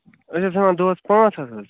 أسۍ ٲسۍ ہٮ۪وان دۄہَس پانٛژھ ہَتھ حظ